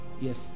Yes